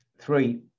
three